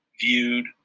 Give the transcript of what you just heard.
viewed